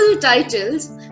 titles